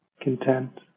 content